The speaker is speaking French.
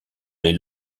les